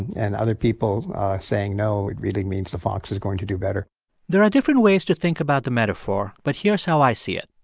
and other people saying, no, it really means the fox is going to do better there are different ways to think about the metaphor, but here's how i see it.